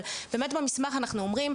אבל באמת במסמך אנחנו אומרים,